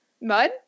mud